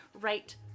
right